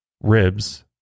ribs